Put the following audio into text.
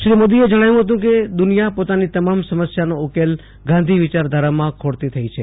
શ્રી મોદીએ જણાવ્યું હતું કે દુનિયા પોતાની તમામ સમસ્યાનો ઉકેલ ગાંધી વિચારધારામાં ખોજતી થઈ છે